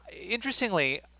interestingly